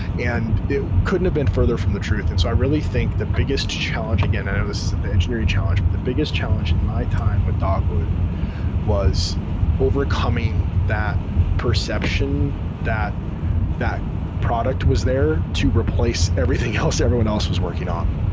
and it couldn't have been further from the truth. and so i really think the biggest challenge, again, i know this isn't the engineering challenge, but the biggest challenge in my time with dogwood was overcoming that perception that that product was there to replace everything else everyone else was working on.